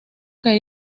que